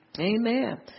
amen